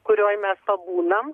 kurioj mes pabūnam